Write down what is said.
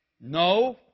No